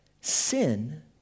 Sin